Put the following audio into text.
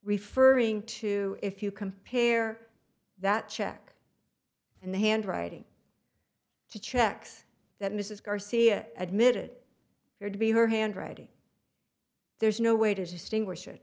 referring to if you compare that check and the handwriting checks that mrs garcia admitted her to be her handwriting there's no way to distinguish it